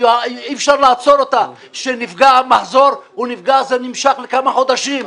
כאשר נפגע המחזור, הוא נפגע וזה נמשך כמה חודשים.